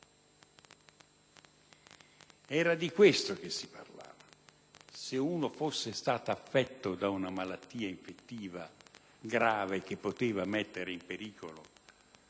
Era di questo che si parlava. Se uno fosse stato affetto da una malattia infettiva grave, che poteva mettere in pericolo